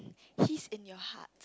he's in your heart